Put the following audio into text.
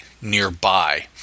nearby